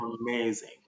amazing